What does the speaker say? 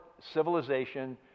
civilization